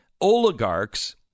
oligarchs